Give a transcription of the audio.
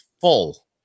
full